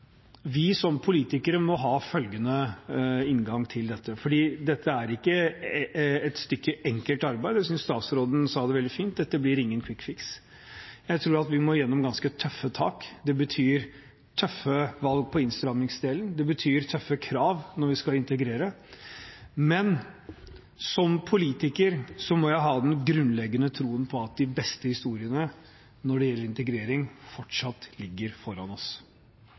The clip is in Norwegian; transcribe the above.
vi som politikere må ha følgende inngang til dette, for dette er ikke et stykke enkelt arbeid, og jeg synes statsråden sa det veldig fint – dette blir ingen «quick fix». Jeg tror at vi må igjennom ganske tøffe tak. Det betyr tøffe valg i innstrammingsdelen, det betyr tøffe krav når vi skal integrere, men som politiker må jeg ha en grunnleggende tro på at de beste historiene når det gjelder integrering, fortsatt ligger foran oss.